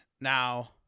Now